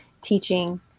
teaching